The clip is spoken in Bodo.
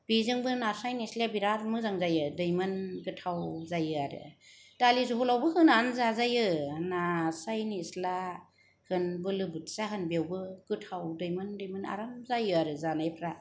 बेजोंबो नास्राइ निस्लाया बिराद मोजां जायो दैमोन गोथाव जायो आरो दालि जहलावबो होनानै जाजायो नास्राइ निस्ला होन बोलोबोथिया होन बेयावबो गोथाव दैमोन दैमोन आराम जायो आरो जानायफ्रा